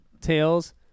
tails